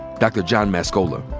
dr. john mascola.